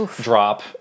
drop